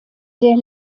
der